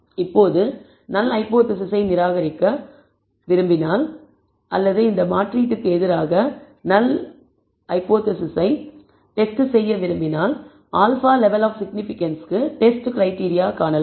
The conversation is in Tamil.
இப்போது நல் ஹைபோதேசிஸை நிராகரிக்க நிராகரிக்க விரும்பினால் அல்லது இந்த மாற்றீட்டிற்கு எதிராக நல் ஹைபோதேசிஸை டெஸ்ட் செய்ய விரும்பினால் α லெவல் ஆப் சிக்னிபிகன்ஸ்க்கு டெஸ்ட் கிரைடீரியா காணலாம்